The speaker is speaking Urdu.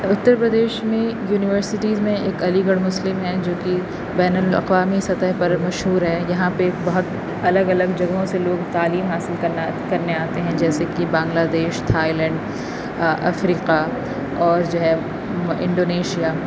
اتر پردیش میں یونیورسٹیز میں ایک علی گڑھ مسلم ہے جو کہ بین الاقوامی سطح پر مشہور ہے یہاں پہ بہت الگ الگ جگہوں سے لوگ تعلیم حاصل کرنا کرنے آتے ہیں جیسے کہ Bangladesh Thailand Africa اور جو ہے انڈونیشیا